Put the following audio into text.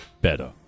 better